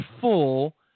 full